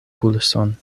pulson